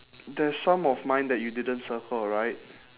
there's some of mine that you didn't circle right